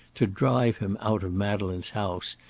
to drive him out of madeleine's house,